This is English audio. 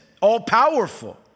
all-powerful